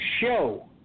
show